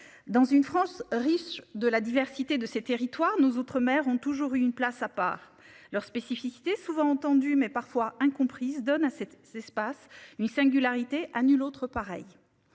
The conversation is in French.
Dans une France riche de la diversité de ses territoires nos outre-mer ont toujours eu une place à part leur spécificité souvent entendu mais parfois incomprise donne à cette c'est space une singularité à nul autre pareil.